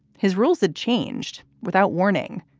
his rules had changed without warning.